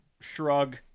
Shrug